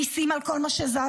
מיסים על כל מה שזז,